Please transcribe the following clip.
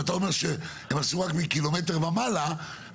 אם אתה אומר שהם עשו אותו עם קילומטר ומעלה --- נכון,